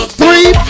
three